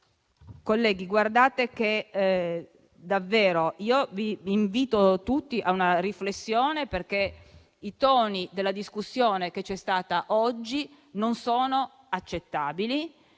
Colleghi, davvero io vi invito tutti a una riflessione, perché i toni della discussione che c'è stata oggi non sono accettabili.